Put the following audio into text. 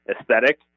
aesthetic